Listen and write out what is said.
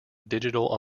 digital